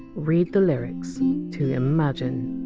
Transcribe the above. read the lyrics to! imagine!